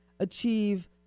achieve